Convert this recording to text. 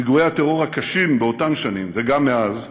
פיגועי הטרור הקשים באותן שנים, וגם מאז,